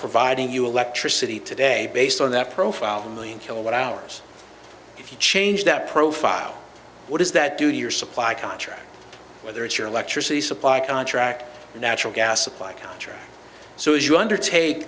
providing you electricity today based on that profile a million kilowatt hours if you change that profile what does that do your supply contract whether it's your electricity supply contract natural gas supply contract so as you undertake